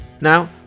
now